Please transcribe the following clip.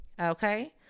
Okay